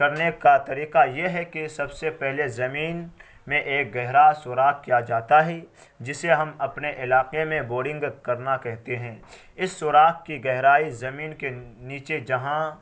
کرنے کا طریقہ یہ ہے کہ سب سے پہلے زمین میں ایک گہرا سوراخ کیا جاتا ہے جسے ہم اپنے علاقے میں بورنگ کرنا کہتے ہیں اس سوراخ کی گہرائی زمین کے نیچے جہاں